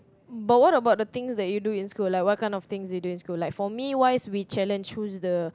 but what about the things that you do in school like what kind of things you do in school like for me wise we challenge who's the